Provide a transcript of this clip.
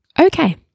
Okay